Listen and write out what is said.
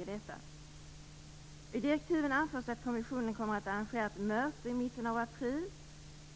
Vidare säger man: "I direktiven anförs att kommissionen kommer att arrangera ett möte i mitten av april